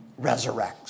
resurrects